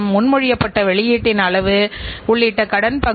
இதன் மூலம் நீங்கள் வெளியீட்டை மேம்படுத்த முடியும்